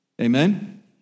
Amen